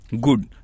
good